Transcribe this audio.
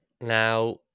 Now